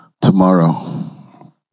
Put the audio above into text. tomorrow